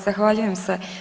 Zahvaljujem se.